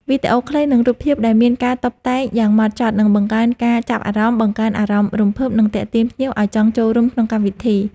វីដេអូខ្លី និងរូបភាពដែលមានការតុបតែងយ៉ាងម៉ត់ចត់ នឹងបង្កើនការចាប់អារម្មណ៍ បង្កើតអារម្មណ៍រំភើប និងទាក់ទាញភ្ញៀវឲ្យចង់ចូលរួមក្នុងកម្មវិធី។